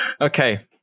Okay